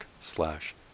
slash